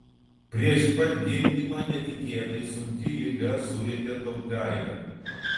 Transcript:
prieš pat gimdymą netikėtai sunki liga surietė tautgailę